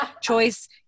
Choice